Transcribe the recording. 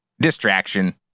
distraction